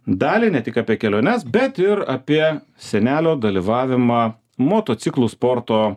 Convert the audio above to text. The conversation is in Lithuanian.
dalį ne tik apie keliones bet ir apie senelio dalyvavimą motociklų sporto